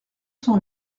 cent